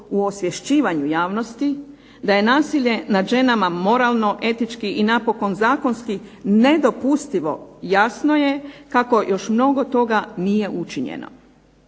u osvješćivanju javnosti da je nasilje nad ženama moralno, etički i napokon zakonski nedopustivo, jasno je kako još mnogo toga nije učinjeno.